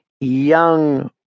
young